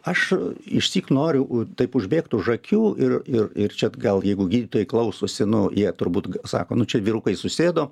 aš išsyk noriu taip užbėgti už akių ir ir ir atgal jeigu gydytojai klausosi nu jie turbūt sako nu čia vyrukai susėdo